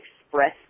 express